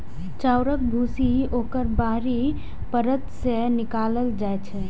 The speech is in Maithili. चाउरक भूसी ओकर बाहरी परत सं निकालल जाइ छै